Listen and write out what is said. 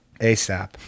ASAP